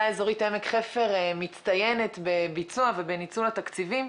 האזורית עמק חפר מצטיינת בביצוע ובניצול התקציבים.